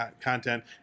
content